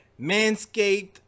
manscaped